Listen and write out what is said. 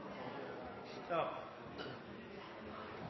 skal